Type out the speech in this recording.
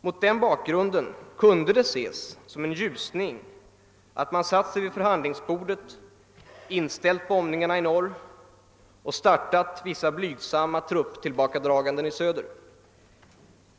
Mot den bakgrunden kunde det ses som en ljusning att man satt sig vid förhandlingsbordet, inställt bombningarna i norr och startat vissa blygsamma trupptillbakadraganden i söder.